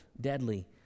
deadly